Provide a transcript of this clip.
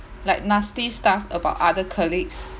like nasty stuff about other colleagues